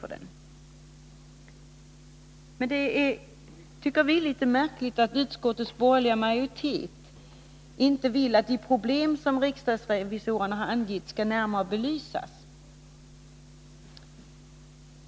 Vi tycker att det är litet märkligt att utskottets borgerliga majoritet inte vill att de problem som riksdagsreviso rerna har angett skall närmare belysas.